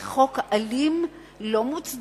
זה חוק אלים, לא מוצדק,